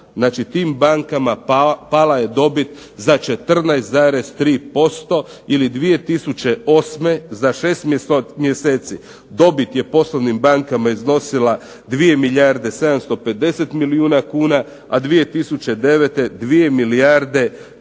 znači tim bankama pala je dobit za 14,3% ili 2008. za 6 mjeseci dobit je poslovnim bankama iznosila 2 milijarde 750 milijuna kuna, a 2009. 2 milijarde 357 milijuna